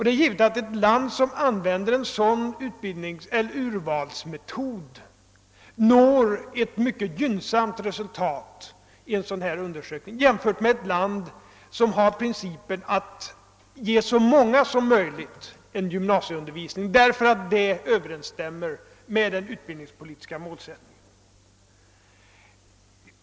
Det är givet att ett land som använder en sådan urvalsmetod når ett mycket gynnsamt resultat i en undersökning av detta slag, jämfört med ett land där man har den principen att man skall ge så många som möjligt gymnasieundervisning.